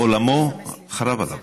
עולמו חרב עליו.